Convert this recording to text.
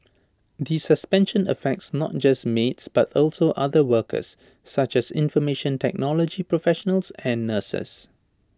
the suspension affects not just maids but also other workers such as information technology professionals and nurses